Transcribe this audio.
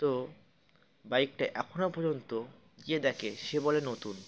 তো বাইকটা এখনও পর্যন্ত গিয়ে দেখে সে বলে নতুন